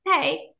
hey